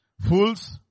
Fools